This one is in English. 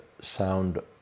sound